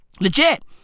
Legit